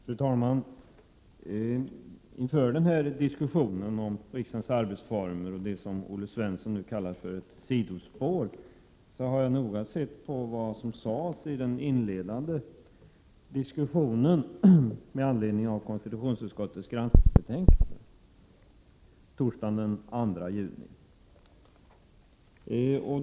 Fru talman! Inför den här diskussionen om riksdagens arbetsformer och det som Olle Svensson nu kallar för ett sidospår har jag noga läst vad som sades torsdagen den 2 juni i den inledande diskussionen med anledning av konstitutionsutskottets granskningsbetänkande.